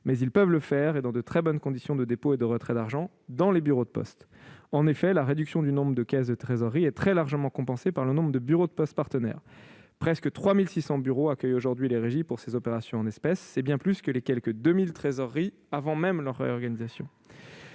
mais ils peuvent le faire, et dans de très bonnes conditions de dépôt et de retrait d'argent, dans les bureaux de poste. En effet, la réduction du nombre de caisses de trésorerie est très largement compensée par l'accroissement du nombre de bureaux de poste partenaires. Presque 3 600 bureaux accueillent aujourd'hui les régies pour ces opérations en espèces. C'est bien plus que les quelque 2 000 trésoreries, avant même leur réorganisation.